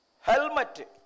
Helmet